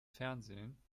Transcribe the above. fernsehen